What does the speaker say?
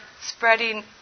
spreading